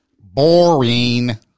Boring